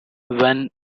when